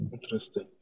interesting